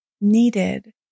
needed